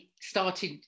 started